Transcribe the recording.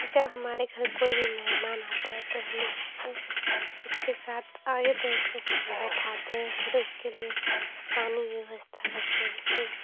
जब हमारे घर कोई भी मेहमान आता है तो हमे उसे उसके साथ आगे तो उसको बैठाते हैं फिर उसके लिए पानी की व्यवस्था करते हैं फिर